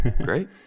Great